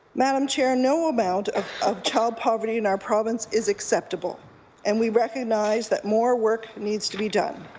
madam chair, no amount of of child poverty in our province is acceptable and we recognize that more work needs to be done.